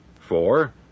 Four